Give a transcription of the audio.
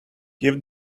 give